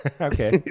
Okay